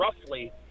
roughly